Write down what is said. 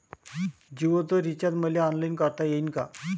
जीओच रिचार्ज मले ऑनलाईन करता येईन का?